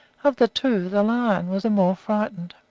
of the two, the lion was the more frightened.